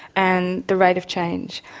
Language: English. and the rate of change.